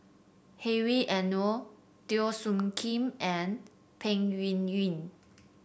Hedwig Anuar Teo Soon Kim and Peng Yuyun